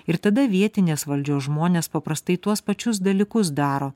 ir tada vietinės valdžios žmonės paprastai tuos pačius dalykus daro